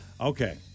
Okay